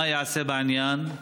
מה ייעשה בעניין?